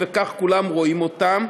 וכך כולם רואים אותם,